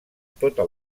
tota